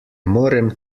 morem